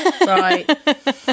Right